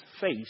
face